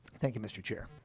thank you mr. chair.